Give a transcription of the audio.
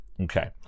okay